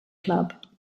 club